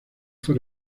fue